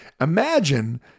Imagine